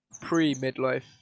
pre-midlife